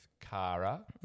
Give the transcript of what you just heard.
Kara